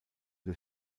des